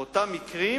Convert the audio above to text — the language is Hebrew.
באותם מקרים